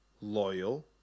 loyal